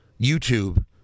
YouTube